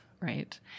right